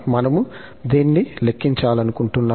మనము దీన్ని లెక్కించాలనుకుంటున్నాము